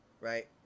right